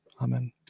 Amen